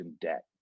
debt